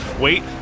Wait